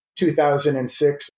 2006